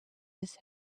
his